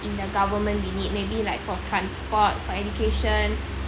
in the government we need maybe like for transport for education